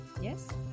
Yes